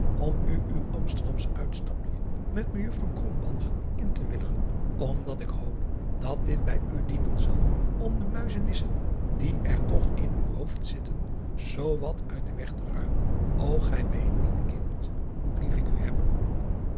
om u uw msterdamsch uitstapje met ejuffrouw in te willigen omdat ik hoop dat dit bij u dienen zal om de muizenesten die er toch in uw hoofd zitten zoo wat uit den weg te ruimen ô ij weet niet kind hoe lief ik u heb